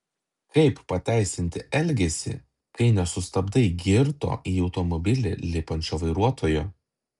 kaip pateisinti elgesį kai nesustabdai girto į automobilį lipančio vairuotojo